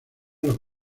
los